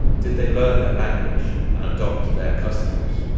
did they learn their language and adopt their customs?